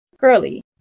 curly